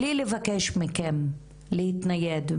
בלי לבקש מכם להתנייד,